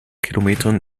kilometern